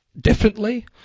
differently